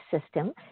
system –